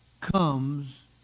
comes